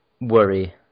worry